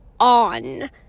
On